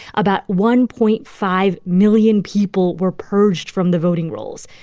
about one point five million people were purged from the voting rolls.